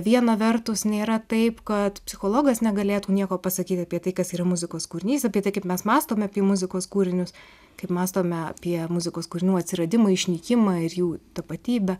viena vertus nėra taip kad psichologas negalėtų nieko pasakyti apie tai kas yra muzikos kūrinys apie tai kaip mes mąstome apie muzikos kūrinius kaip mąstome apie muzikos kūrinių atsiradimą išnykimą ir jų tapatybę